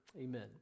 amen